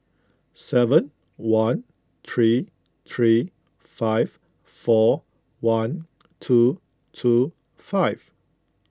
seven one three three five four one two two five